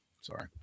sorry